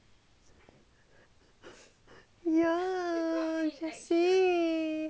ya jessie